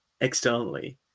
externally